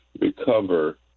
recover